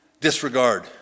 disregard